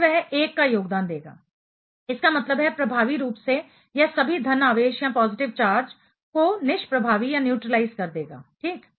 फिर वह 1 का योगदान देगा इसका मतलब है प्रभावी रूप से यह सभी धन आवेश पॉजिटिव चार्ज को निष्प्रभावी न्यूट्रीलाइज कर देगा ठीक